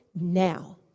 now